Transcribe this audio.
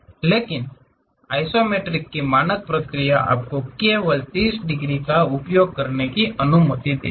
लेकिन आइसोमेट्रिक की मानक प्रक्रिया है आपको केवल 30 डिग्री का उपयोग करने की अनुमति है